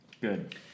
Good